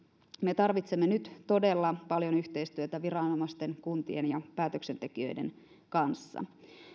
me tarvitsemme nyt todella paljon yhteistyötä viranomaisten kuntien ja päätöksentekijöiden kanssa